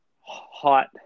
hot